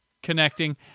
connecting